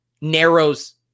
narrows